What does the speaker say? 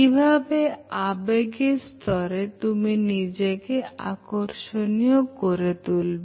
কি ভাবে আবেগের স্তরে তুমি নিজেকে আকর্ষণীয় করে তুলবে